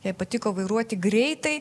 jai patiko vairuoti greitai